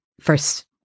first